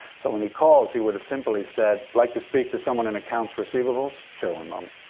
so when he calls, he would have simply said, like to speak to someone in accounts receivables. sure. one moment.